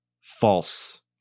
false